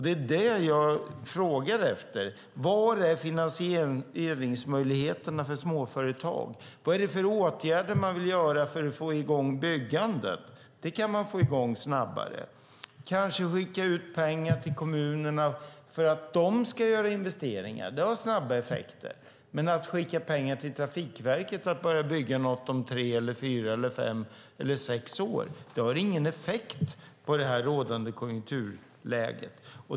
Det är det som jag frågar efter. Var är finansieringsmöjligheterna för småföretag? Vilka åtgärder vill man vidta för att få i gång byggandet? Det kan man få i gång snabbare, kanske genom att skicka ut pengar till kommunerna för att de ska göra investeringar. Det har snabba effekter. Men att skicka pengar till Trafikverket för att de ska börja bygga något om tre, fyra, fem eller sex år har ingen effekt i det rådande konjunkturläget.